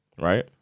right